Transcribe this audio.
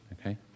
Okay